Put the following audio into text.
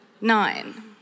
Nine